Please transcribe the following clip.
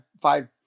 five